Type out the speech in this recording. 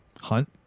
Hunt